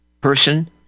person